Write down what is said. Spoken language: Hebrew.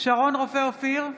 שרון רופא אופיר,